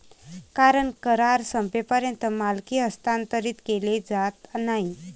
कारण करार संपेपर्यंत मालकी हस्तांतरित केली जात नाही